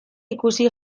ikusi